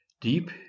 deep